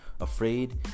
afraid